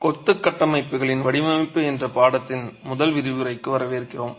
கொத்து கட்டமைப்புகளின் வடிவமைப்பு என்ற பாடத்தின் முதல் விரிவுரைக்கு வரவேற்கிறோம்